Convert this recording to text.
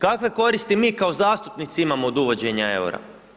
Kakve koristi mi kao zastupnici imamo od uvođenja EUR-a?